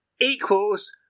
Equals